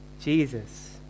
Jesus